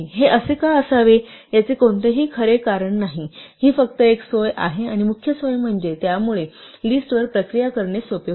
हे असे का असावे याचे कोणतेही खरे कारण नाही ही फक्त एक सोय आहे आणि मुख्य सोय म्हणजे यामुळे लिस्टवर प्रक्रिया करणे सोपे होते